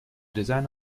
design